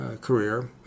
career